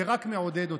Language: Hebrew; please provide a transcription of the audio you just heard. זה רק מעודד אותי,